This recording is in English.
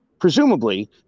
presumably